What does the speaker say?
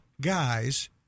guys